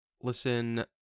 listen